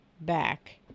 back